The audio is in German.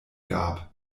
gab